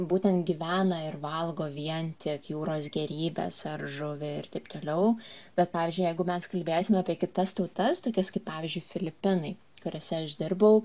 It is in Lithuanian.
būtent gyvena ir valgo vien tiek jūros gėrybes ar žuvį ir taip toliau bet pavyzdžiui jeigu mes kalbėsime apie kitas tautas tokias kaip pavyzdžiui filipinai kuriuose iaš dirbau